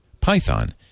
Python